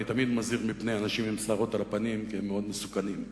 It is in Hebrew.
אני תמיד מזהיר מפני אנשים עם שערות על הפנים שהם מאוד מסוכנים,